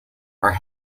are